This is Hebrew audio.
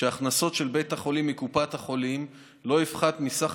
שההכנסות של בית החולים מקופת החולים לא יפחתו מסך